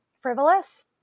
frivolous